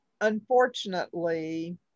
unfortunately